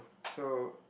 so